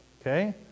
Okay